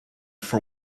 for